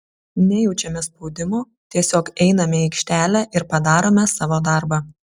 nejaučiame spaudimo tiesiog einame į aikštelę ir padarome savo darbą